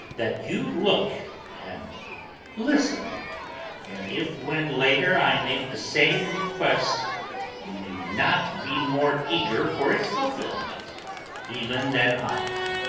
that you look and listen and if when later i make the same request you do not be more eager for its fulfilment even than i am,